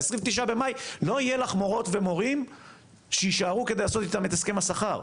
ב- 29.5 לא יהיה לך מורות ומורים שיישארו כדי לעשות איתם את הסכם השכר.